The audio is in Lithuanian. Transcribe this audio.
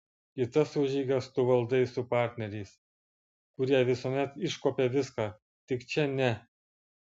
kitas užeigas tu valdai su partneriais kurie visuomet iškuopia viską tik čia ne